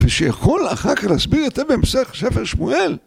ושיכול אחר כך להסביר את זה בהמשך ספר שמואל.